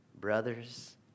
brothers